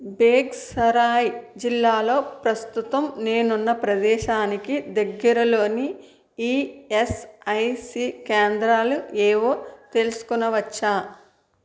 బేగ్సరాయ్ జిల్లాలో ప్రస్తుతం నేనున్న ప్రదేశానికి దగ్గరలోని ఈఎస్ఐసి కేంద్రాలు ఏవో తెలుసుకొనవచ్చా